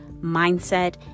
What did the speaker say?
mindset